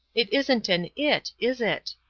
it isn't an it, is it?